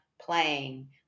playing